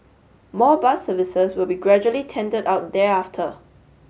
more bus services will be gradually tendered out thereafter